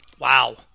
Wow